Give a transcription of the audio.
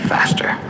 Faster